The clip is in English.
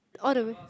all the way